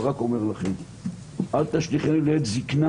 אבל רק אומר לכם שאל תשליכני לעת זקנה